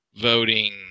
voting